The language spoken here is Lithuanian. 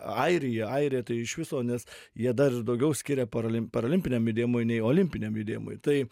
airija airija tai iš viso nes jie dar ir daugiau skiria paralim paralimpiniam judėjimui nei olimpiniam judėjimui tai